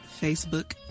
Facebook